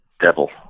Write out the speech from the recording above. devil